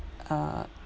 uh